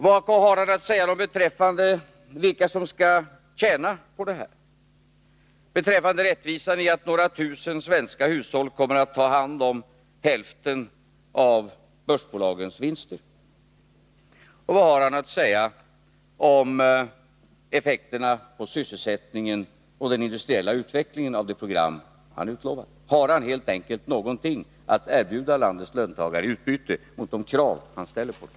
Vad har han att säga om dem som tjänar på det här, om rättvisan i att några tusen svenska hushåll kommer att ta hand om hälften av börsbolagens vinster? Och vad har han att säga om effekterna på sysselsättningen och den industriella utvecklingen av det program som han utlovat? Har han över huvud taget någonting att erbjuda landets löntagare i utbyte mot de krav som han ställer på dem?